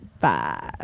five